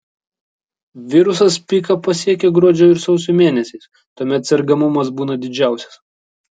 virusas piką pasiekią gruodžio ir sausio mėnesiais tuomet sergamumas būna didžiausias